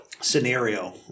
scenario